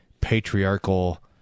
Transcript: patriarchal